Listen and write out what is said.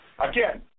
Again